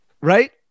Right